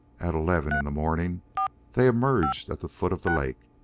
at eleven in the morning they emerged at the foot of the lake.